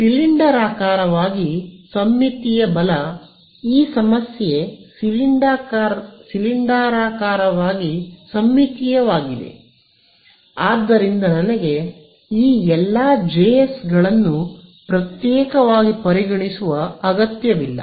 ಸಿಲಿಂಡರಾಕಾರವಾಗಿ ಸಮ್ಮಿತೀಯ ಬಲ ಈ ಸಮಸ್ಯೆ ಸಿಲಿಂಡರಾಕಾರವಾಗಿ ಸಮ್ಮಿತೀಯವಾಗಿದೆ ಆದ್ದರಿಂದ ನನಗೆ ಈ ಎಲ್ಲಾ ಜೆಎಸ್ಗಳನ್ನು ಪ್ರತ್ಯೇಕವಾಗಿ ಪರಿಗಣಿಸುವ ಅಗತ್ಯವಿಲ್ಲ